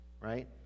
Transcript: right